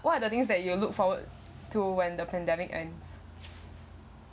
what are the things that you look forward to when the pandemic ends